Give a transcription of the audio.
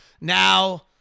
Now